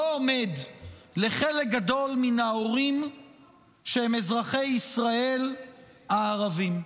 לא עומד לחלק גדול מן ההורים שהם אזרחי ישראל הערבים.